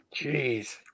Jeez